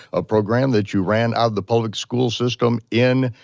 a program that you ran out of the public school system in,